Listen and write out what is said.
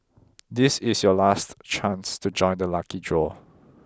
this is your last chance to join the lucky draw